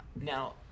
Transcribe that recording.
now